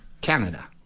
Canada